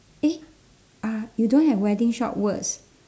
eh ah you don't have wedding shop words